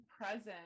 present